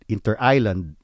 Inter-island